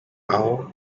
aho